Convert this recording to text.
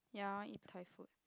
ya i want eat thai food